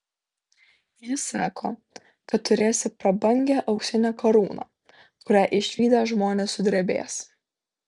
jis sako kad turėsi prabangią auksinę karūną kurią išvydę žmonės sudrebės